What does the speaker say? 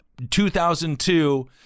2002